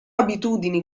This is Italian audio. abitudini